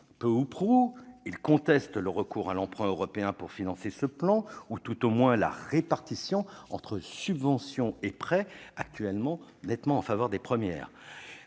Peu ou prou, ces derniers contestent le recours à l'emprunt européen pour financer ce plan ou, tout au moins, la répartition entre subventions et prêts, qui penche actuellement nettement en faveur des premières.